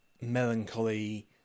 melancholy